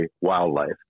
wildlife